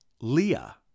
Leah